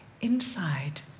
inside